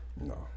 No